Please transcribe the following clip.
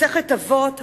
מסכת אבות,